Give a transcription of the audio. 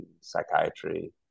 psychiatry